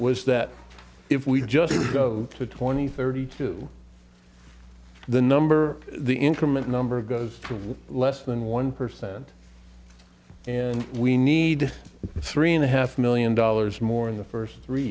was that if we just go to twenty thirty two the number the increment number goes from less than one percent and we need three and a half million dollars more in the first three